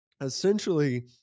essentially